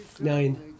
Nine